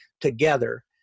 together